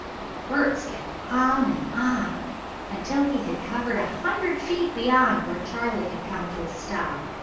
but bert's kept on and on until he had covered a hundred feet beyond where charley had come to a stop.